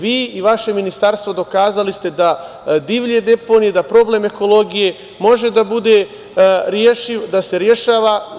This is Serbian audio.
Vi i vaše ministarstvo dokazali ste da divlje deponije, da problem ekologije, može da bude rešiv, da se rešava.